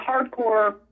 hardcore